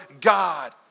God